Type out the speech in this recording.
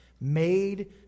made